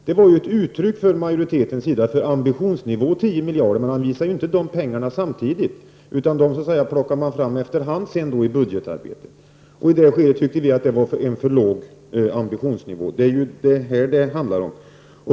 Det var ett uttryck för riksdagsmajoritetens ambitionsnivå, men vi anvisade inte dessa pengar samtidigt, utan plockade fram dem efter hand i budgetarbetet. I det skedet tyckte vi att det var en för låg ambitionsnivå.